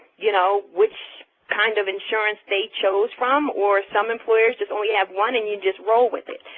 you know, which kind of insurance they chose from or some employers just only have one and you just roll with it.